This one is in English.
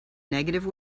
negative